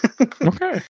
Okay